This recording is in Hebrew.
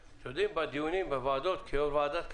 כיו"ר ועדת הכלכלה,